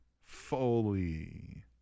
Foley